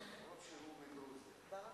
אף-על-פי שהוא מגרוזיה.